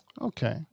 Okay